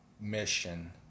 mission